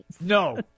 No